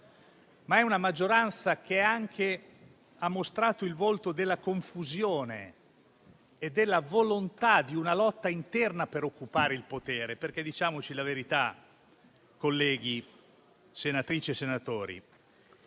È una maggioranza che ha mostrato il volto della confusione e della volontà di una lotta interna per occupare il potere. Diciamoci la verità, colleghe senatrici e colleghi